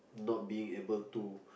not being able to